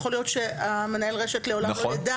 יכול להיות שמנהל הרשת לעולם לא ידע